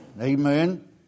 amen